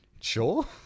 sure